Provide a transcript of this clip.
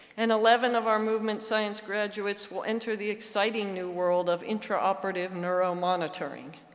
and eleven of our movement science graduates will enter the exciting new world of intraoperative neuromonitoring.